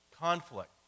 conflict